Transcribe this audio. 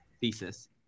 thesis